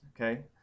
Okay